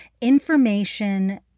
information